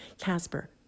Casper